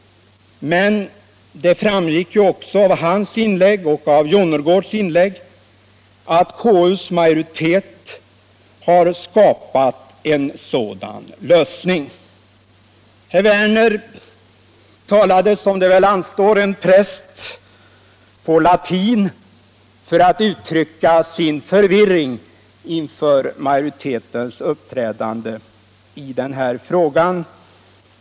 Men det framgick också av herr Nordins och av herr Jonnergårds inlägg att konstitutionsutskottets majoritet har skapat en sådan lösning. Herr Werner i Malmö talade, som det väl anstår en präst, på latin för att uttrycka sin förvirring inför majoritetens uppträdande i denna fråga.